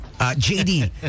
JD